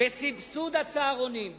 בסבסוד הצהרונים,